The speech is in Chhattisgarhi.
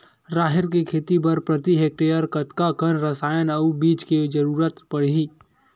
राहेर के खेती बर प्रति हेक्टेयर कतका कन रसायन अउ बीज के जरूरत पड़ही?